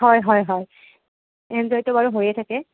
হয় হয় হয় এনজয়টো বাৰু হৈয়ে থাকে